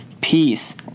peace